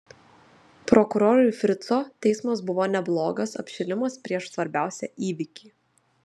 prokurorui frico teismas buvo neblogas apšilimas prieš svarbiausią įvykį